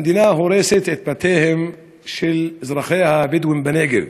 המדינה הורסת את בתיהם של אזרחיה הבדואים בנגב.